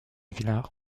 villar